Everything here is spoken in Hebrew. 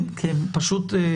הם שכחו אותנו.